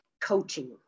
coaching